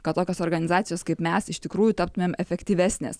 kad tokios organizacijos kaip mes iš tikrųjų taptumėm efektyvesnės